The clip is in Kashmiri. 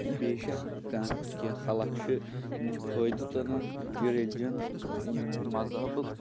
اے بیشک کانٛہہ کینٛہہ خلق چھِ یِم چھِ فٲیِدٕ تُلان یہِ ریلِجَن یِم مذہبُک